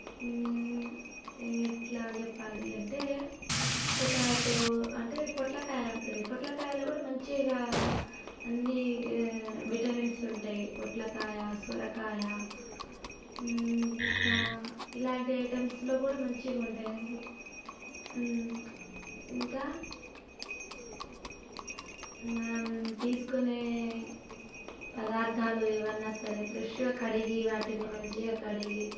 ఎట్లా చెప్పాలి అంటే పొటాటో అంటే పొట్లకాయ ఉంటుంది పొట్లకాయలో కూడా మంచిగా అన్ని విటమిన్స్ ఉంటాయి పొట్లకాయ సొరకాయ ఇంకా ఇలాంటి ఐటమ్స్లో కూడా మంచిగా ఉంటాయండి ఇంకా మనం తీసుకునే పదార్థాలు ఏమైనా సరే ఫ్రెష్గా కడిగి వాటిని మంచిగా కడిగి